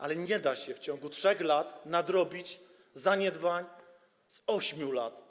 Ale nie da się w ciągu 3 lat nadrobić zaniedbań z 8 lat.